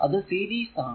അത് സീരീസ് ആണ്